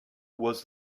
was